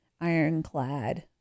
ironclad